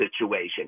situation